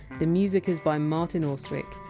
the music is by martin austwick.